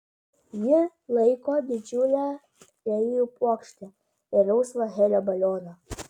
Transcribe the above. ji laiko didžiulę lelijų puokštę ir rausvą helio balioną